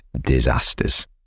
disasters